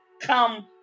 Come